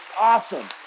awesome